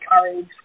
courage